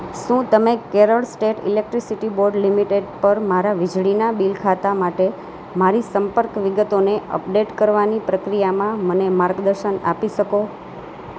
શું તમે Kerala State Electricity Board Limited પર મારા વીજળીના બિલ ખાતા માટે મારી સંપર્ક વિગતોને અપડેટ કરવાની પ્રક્રિયામાં મને માર્ગદર્શન આપી શકો